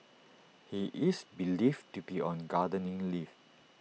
he is believed to be on gardening leave